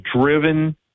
driven